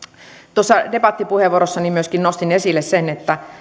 tuossa debattipuheenvuorossani myöskin nostin esille sen että